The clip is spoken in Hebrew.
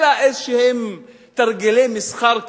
אלא איזה תרגילי מסחר,